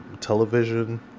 television